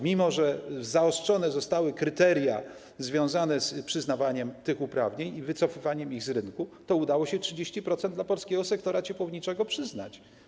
Mimo że zaostrzone zostały kryteria związane z przyznawaniem tych uprawnień i wycofywaniem ich z rynku, udało się 30% dla polskiego sektora ciepłowniczego przyznać.